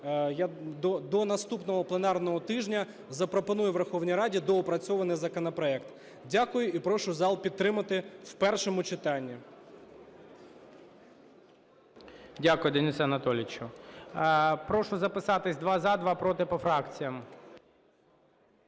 до наступного пленарного тижня, запропонує Верховній Раді доопрацьований законопроект. Дякую. І прошу зал підтримати в першому читанні. ГОЛОВУЮЧИЙ. Дякую, Денисе Анатолійовичу. Прошу записатися: два – за, два – проти по фракціях.